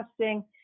testing